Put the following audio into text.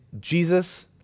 Jesus